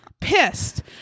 pissed